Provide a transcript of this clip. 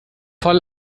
voll